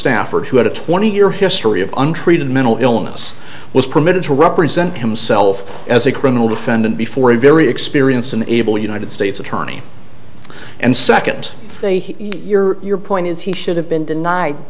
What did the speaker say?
stafford who had a twenty year history of untreated mental illness was permitted to represent himself as a criminal defendant before a very experienced and able united states attorney and second your point is he should have been denied